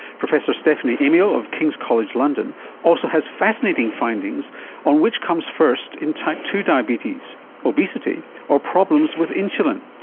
professor stephanie amiel of kings college london also has fascinating findings on which comes first in type two diabetes obesity or problems with insulin.